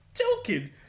joking